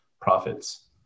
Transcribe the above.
profits